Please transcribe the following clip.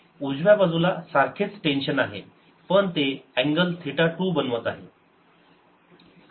उजव्या बाजूला सारखेच टेंशन आहे पण ते अँगल थिटा 2 बनवत आहे